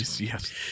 yes